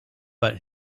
but